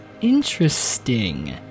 interesting